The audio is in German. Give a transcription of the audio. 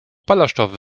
ballaststoffe